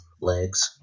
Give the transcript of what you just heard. legs